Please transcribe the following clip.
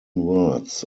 words